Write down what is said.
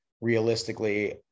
realistically